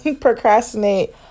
procrastinate